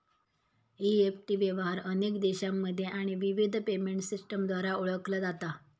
EFT व्यवहार अनेक देशांमध्ये आणि विविध पेमेंट सिस्टमद्वारा ओळखला जाता